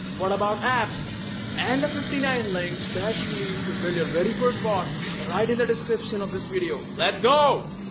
what about apps and the fifty nine links that you'll need to build your very first bot? ah right in the description of this video. let's go